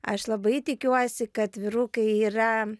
aš labai tikiuosi kad vyrukai yra